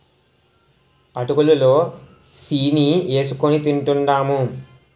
అటుకులు లో సీని ఏసుకొని తింటూంటాము